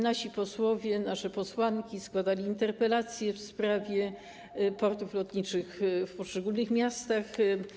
Nasze posłanki i nasi posłowie składali interpelacje w sprawie portów lotniczych w poszczególnych miastach.